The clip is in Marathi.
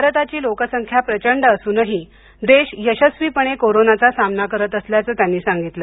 भारताची लोकसंख्या प्रचंड असूनही देश यशस्वीपणानं कोरोनाचा सामना करत असल्याचं त्यांनी सांगितलं